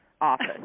office